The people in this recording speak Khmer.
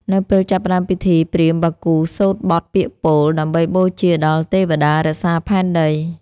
នៅពេលចាប់ផ្ដើមពិធី ព្រាហ្មណ៍បាគូសូត្របទពាក្យពោល ដើម្បីបូជាដល់ទេវតារក្សាផែនដី។